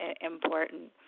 important